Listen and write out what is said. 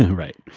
right.